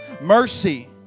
mercy